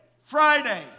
Friday